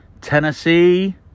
Tennessee